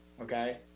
okay